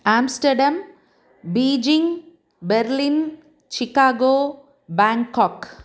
Amsterdam Beijing Berlin Chicago Bangkok